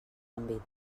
àmbit